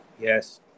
Yes